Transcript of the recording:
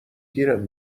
گیرم